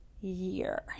year